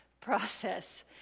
process